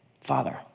Father